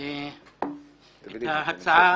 את ההצעה